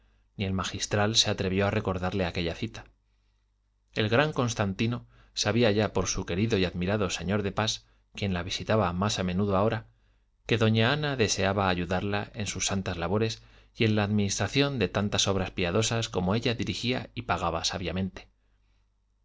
ni el magistral se atrevió a recordarle aquella cita el gran constantino sabía ya por su querido y admirado señor de pas quien la visitaba más a menudo ahora que doña ana deseaba ayudarla en sus santas labores y en la administración de tantas obras piadosas como ella dirigía y pagaba sabiamente